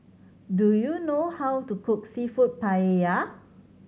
do you know how to cook Seafood Paella